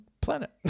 planet